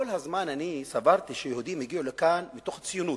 כל הזמן אני סברתי שיהודים הגיעו לכאן מתוך ציונות,